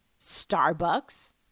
Starbucks